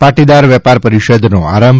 પાટીદાર વેપાર પરિષદનો આરંભ